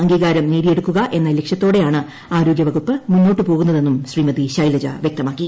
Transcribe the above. അംഗീകാരം നേടിയെടുക്കുക എന്നു ലിക്ഷ്യ്തോടെയാണ് ആരോഗ്യ വകുപ്പ് മുന്നോട്ട് പോകുന്നതെന്നും ശ്രീമൃതി ർശെലജ വ്യക്തമാക്കി